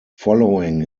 following